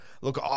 look